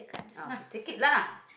oh okay take it lah